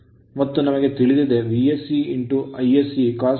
ಮತ್ತು ನಮಗೆ ತಿಳಿದಿದೆ VSC ISCcos∅sc Wsc